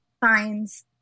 finds